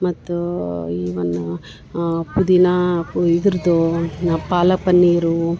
ಮತ್ತು ಈವನ್ನು ಪುದೀನಾ ಕು ಇದರದ್ದು ಪಾಲಕು ಪನ್ನೀರು